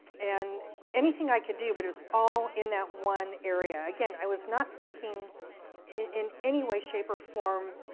and anything i could do, but it was all in that one area. again, i was not thinking in anyway, shape, or form,